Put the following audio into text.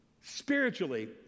spiritually